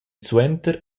suenter